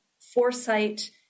foresight